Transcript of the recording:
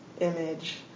Image